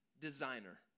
designer